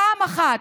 פעם אחת.